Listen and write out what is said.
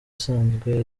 isanzwe